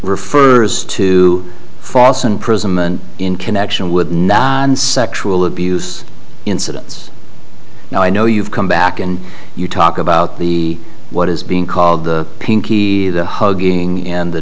refers to false imprisonment in connection with sexual abuse incidents now i know you've come back and you talk about the what is being called the pinky the hugging and the